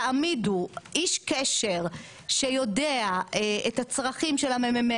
ויעמידו איש קשר שיודע את הצרכים של המ.מ.מ